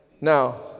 Now